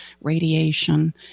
radiation